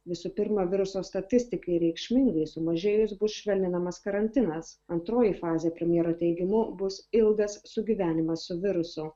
visų pirma viruso statistikai reikšmingai sumažėjus bus švelninamas karantinas antroji fazė premjero teigimu bus ilgas sugyvenimas su virusu